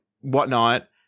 whatnot